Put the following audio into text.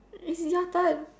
is your turn